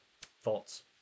thoughts